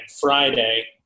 Friday